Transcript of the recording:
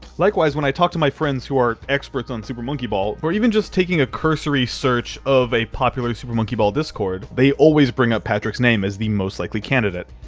likewise, when i talk to my friends who are experts on super monkey ball, or even just taking a cursory search of a popular super monkey ball discord, they always bring up patrick's name as the most likely candidate.